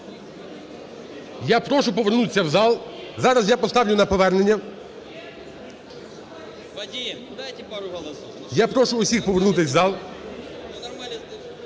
Я прошу повернутися в зал зараз я поставлю на повернення. Я прошу всіх повернутися в зал.